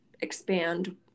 expand